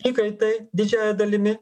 įkaitai didžiąja dalimi